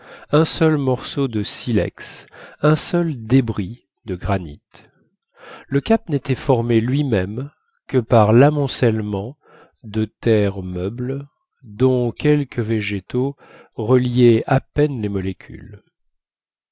un seul morceau de silex un seul débris de granit le cap n'était formé lui-même que par l'amoncellement de terres meubles dont quelques végétaux reliaient à peine les molécules